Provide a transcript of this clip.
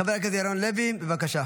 חבר הכנסת ירון לוי, בבקשה.